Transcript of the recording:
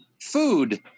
food